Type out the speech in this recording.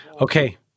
Okay